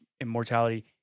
immortality